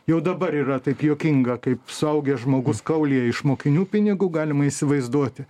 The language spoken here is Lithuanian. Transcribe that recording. jau dabar yra taip juokinga kaip suaugęs žmogus kaulija iš mokinių pinigų galima įsivaizduoti